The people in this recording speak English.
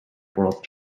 world